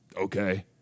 Okay